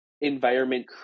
environment